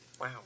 Wow